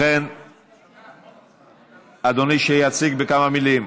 ובכן, אדוני, שיציג בכמה מילים.